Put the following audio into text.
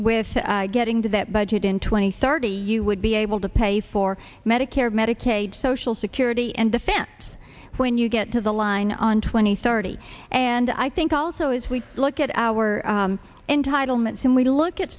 with getting to that budget in twenty thirty you would be able to pay for medicare medicaid social security and defense when you get to the line on twenty thirty and i think also as we look at our entitlements and we look at